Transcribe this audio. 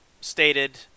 stated